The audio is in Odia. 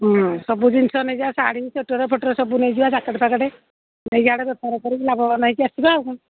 ହଁ ସବୁ ଜିନିଷ ନେଇଯିବା ଶାଢ଼ୀ ସ୍ୱେଟରଫଟର ସବୁ ନେଇଯିବା ଯ ଜ୍ୟାକେଟ୍ଫ୍ୟାକେଟ୍ ନେଇକି ସେଆଡ଼େ ବେପାର କରିକି ଲାଭବାନ ହେଇକି ଆସିବା ଆଉ କ'ଣ